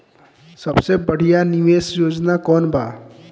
सबसे बढ़िया निवेश योजना कौन बा?